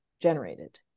generated